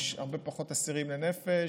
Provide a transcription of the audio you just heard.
יש הרבה פחות אסירים לנפש,